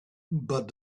but